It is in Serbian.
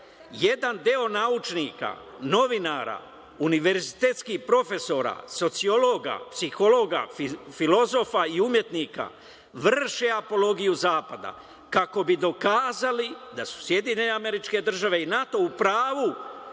"Jedan deo naučnika, novinara, univerzitetskih profesora, sociologa, psihologa, filozofa i umetnika vrše apologiju zapada, kako bi dokazali da su SAD i NATO u pravu